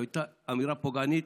זו הייתה אמירה פוגענית.